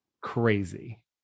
Crazy